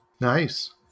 Nice